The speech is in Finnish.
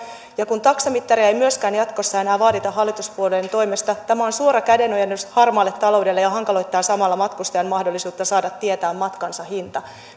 ja kun myöskään taksamittaria ei jatkossa enää vaadita hallituspuolueiden toimesta tämä on suora käden ojennus harmaalle taloudelle ja hankaloittaa samalla matkustajan mahdollisuutta saada tietää matkansa hinta